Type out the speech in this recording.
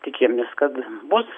tikimės kad bus